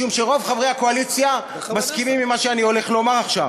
משום שרוב חברי הקואליציה מסכימים למה שאני הולך לומר עכשיו.